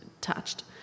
touched